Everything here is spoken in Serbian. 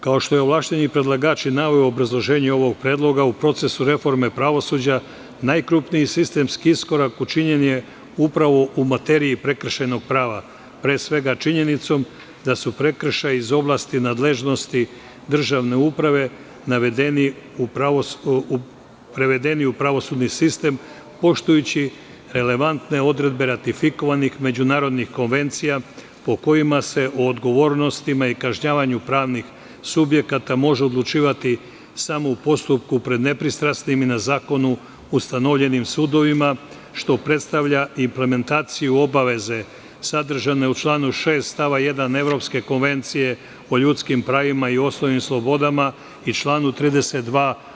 Kao što je ovlašćeni predlagač naveo u obrazloženju ovog predloga, u procesu reforme pravosuđa, najkrupniji sistemski iskorak učinjen je upravo u materiji prekršajnog prava, pre svega činjenicom da su prekršaji iz oblasti nadležnosti državne uprave prevedeni u pravosudni sistem poštujući relevantne odredbe ratifikovanih međunarodnih konvencija, po kojima se o odgovornostima i kažnjavanju pravnih subjekata može odlučivati samo u postupku pred nepristrasnim i na zakonu ustanovljenim sudovima, što predstavlja implementaciju obaveze sadržane u članu 6. stava 1. Evropske konvencije o ljudskih pravima i osnovnim slobodama i članu 32.